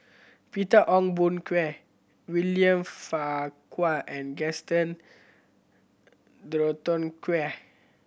Peter Ong Boon Kwee William Farquhar and Gaston Dutronquoy